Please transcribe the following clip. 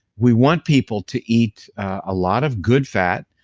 we want people to eat a lot of good fat,